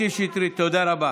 קטי שטרית, תודה רבה.